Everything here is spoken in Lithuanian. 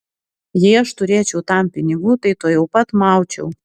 jei aš turėčiau tam pinigų tai tuojau pat maučiau